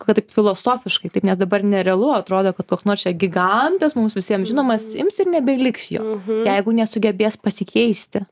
kad taip filosofiškai taip nes dabar nerealu atrodo kad koks nors čia gigantas mums visiems žinomas ims ir nebeliks jo jeigu nesugebės pasikeisti